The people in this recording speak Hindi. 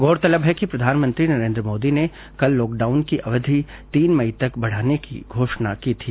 गौरतलब है कि प्रधानमंत्री नरेन्द्र मोदी ने कल लॉकडाउन की अवधि तीन मई तक बढाने की घोषणा की थी